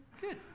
Good